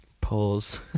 pause